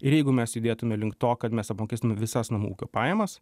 ir jeigu mes judėtume link to kad mes apmokestinam visas namų ūkio pajamas